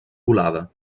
volada